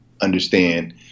understand